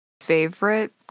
favorite